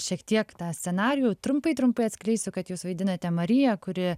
šiek tiek tą scenarijų trumpai trumpai atskleisiu kad jūs vaidinate mariją kuri